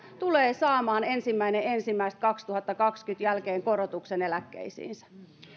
tulee saamaan ensimmäinen ensimmäistä kaksituhattakaksikymmentä jälkeen korotuksen eläkkeisiinsä